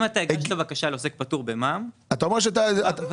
אם אתה הגשת בקשה לעוסק פטור במע"מ --- אבל אתה אמרת שאתה